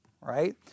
right